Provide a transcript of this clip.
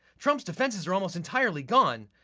trump's defenses are almost entirely gone.